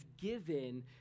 given